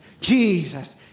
Jesus